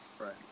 Right